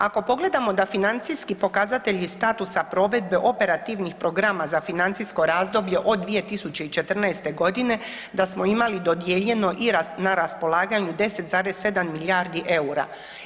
Ako pogledamo da financijski pokazatelji statusa provedbe operativnih programa za financijsko razdoblje od 2014.g. da smo imali dodijeljeno i na raspolaganju 10,7 milijardi eura.